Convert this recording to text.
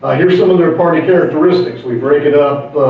ah here's some of their party characteristics. we break it up,